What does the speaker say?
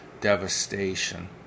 devastation